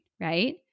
right